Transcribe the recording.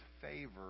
favor